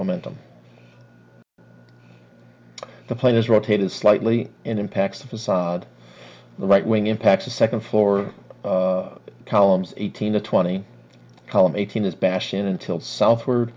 momentum the plane is rotated slightly and impacts the facade the right wing impacts the second floor columns eighteen to twenty column eighteen is passion until southward